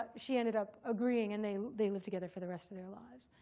ah she ended up agreeing, and they they lived together for the rest of their lives.